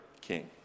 king